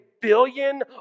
billion